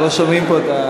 אנחנו לא שומעים פה את,